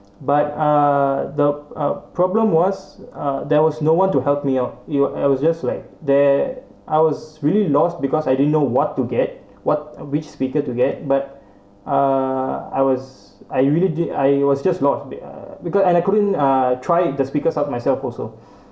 but uh the uh problem was uh there was no one to help me up you I was just like there I was really lost because I didn't know what to get what which speaker to get but uh I was I really did I was just lost a bit uh because like I couldn't uh try the speakers up myself also